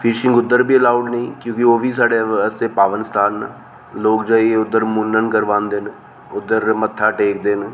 fishing उद्धर बी allowed नेईं क्योंकि ओह् बी साढ़े आस्तै पावन स्थान न लोक जाइयै उद्धर मुन्नन करोआंदे न उद्धर मत्था टेकदे न